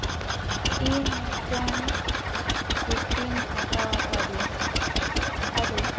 ᱤᱧ ᱢᱤᱫᱴᱟᱹᱝ ᱥᱩᱠᱨᱤᱧ ᱦᱟᱛᱟᱣ ᱟᱠᱟᱫᱮᱭᱟ ᱟᱫᱚ